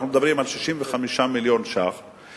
אנחנו מדברים על 65 מיליון שקלים,